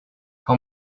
how